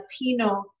Latino